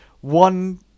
One